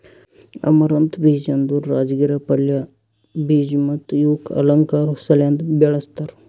amaranth ಬೀಜ ಅಂದುರ್ ರಾಜಗಿರಾ ಪಲ್ಯ, ಬೀಜ ಮತ್ತ ಇವುಕ್ ಅಲಂಕಾರ್ ಸಲೆಂದ್ ಬೆಳಸ್ತಾರ್